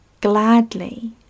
gladly